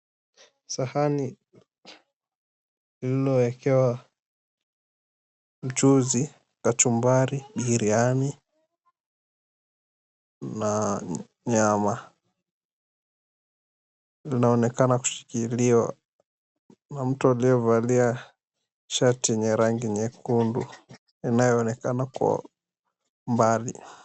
Sahani lililowekewa mchuzi, kachumbari, biriani na nyama. Linaonekana kushikiliwa na mtu aliyevalia shati yenye rangi nyekundu inayoonekana kwa mbali.